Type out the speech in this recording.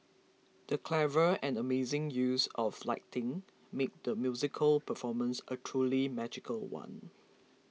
the clever and amazing use of lighting made the musical performance a truly magical one